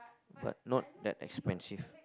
but not that expensive